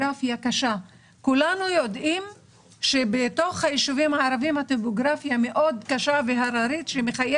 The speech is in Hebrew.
יבוא מישהו אחרייך שיעצור את מה שעשית ויתחיל